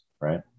right